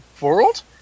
world